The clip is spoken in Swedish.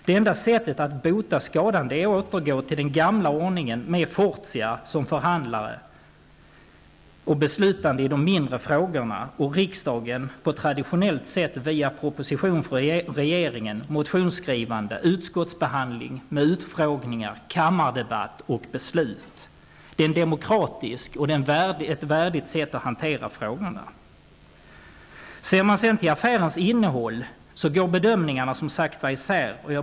Skadan kan botas endast genom att man återgår till den gamla ordningen med Fortia som förhandlare och beslutande i mindre frågor samt med riksdagen på det traditionella sättet -- genom propositioner från regeringen, motionsskrivande, utskottsbehandling, utfrågningar, kammardebatter och beslut. Det är en demokratisk ordning och ett värdigt sätt att hantera frågorna. Sett till affärens innehåll går bedömningarna, som sagt, isär.